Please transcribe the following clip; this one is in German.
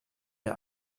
der